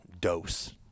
dose